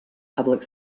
public